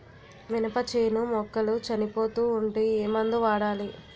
మినప చేను మొక్కలు చనిపోతూ ఉంటే ఏమందు వాడాలి?